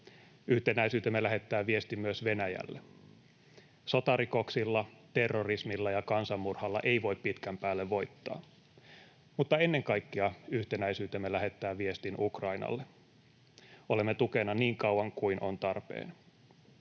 Yhtenäisyytemme lähettää viestin myös Venäjälle: sotarikoksilla, terrorismilla ja kansanmurhalla ei voi pitkän päälle voittaa. Mutta ennen kaikkea yhtenäisyytemme lähettää viestin Ukrainalle: olemme tukena niin kauan kuin on tarpeen.